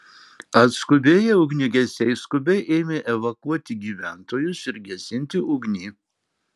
atskubėję ugniagesiai skubiai ėmė evakuoti gyventojus ir gesinti ugnį